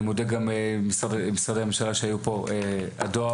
אני מודה גם למשרדי הממשלה שהיו פה, הדואר.